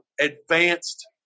advanced